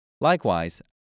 Likewise